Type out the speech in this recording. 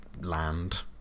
land